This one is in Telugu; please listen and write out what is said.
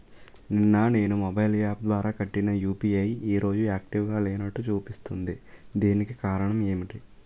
నిన్న నేను మొబైల్ యాప్ ద్వారా కట్టిన యు.పి.ఐ ఈ రోజు యాక్టివ్ గా లేనట్టు చూపిస్తుంది దీనికి కారణం ఏమిటి?